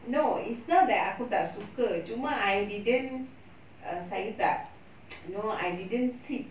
no it's not that aku tak suka cuma I didn't err saya tak you know I didn't sit